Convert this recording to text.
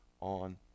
on